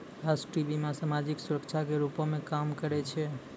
राष्ट्रीय बीमा, समाजिक सुरक्षा के रूपो मे काम करै छै